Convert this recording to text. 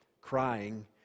crying